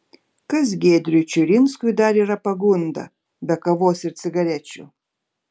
kas giedriui čiurinskui dar yra pagunda be kavos ir cigarečių